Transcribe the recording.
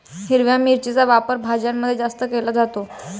हिरव्या मिरचीचा वापर भाज्यांमध्ये जास्त केला जातो